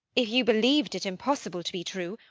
if you believed it impossible to be true,